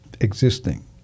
existing